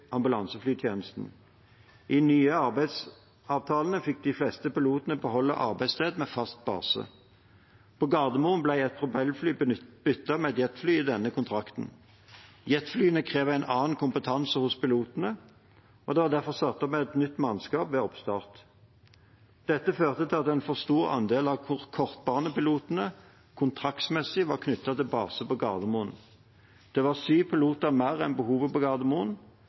nye arbeidsavtalene fikk de fleste pilotene beholde arbeidssted med fast base. På Gardermoen ble et propellfly byttet med et jetfly i den nye kontrakten. Jetflyet krever en annen kompetanse hos pilotene, og det var derfor satt opp med et nytt mannskap ved oppstart. Dette førte til at en for stor andel av kortbanepilotene kontraktsmessig var knyttet til basen på Gardermoen. Det var syv piloter mer enn behovet på Gardermoen,